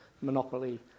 monopoly